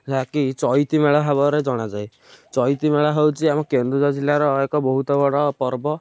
ଯାହା କି ଚଇତି ମେଳା ହବାର ଜଣାଯାଏ ଚଇତି ମେଳା ହଉଛି ଆମ କେନ୍ଦୁଝର ଜିଲ୍ଲାର ଏକ ବହୁତ ବଡ଼ ପର୍ବ